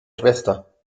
schwester